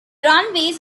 runways